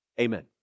Amen